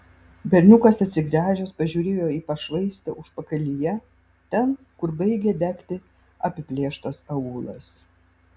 berniukas atsigręžęs pažiūrėjo į pašvaistę užpakalyje ten kur baigė degti apiplėštas aūlas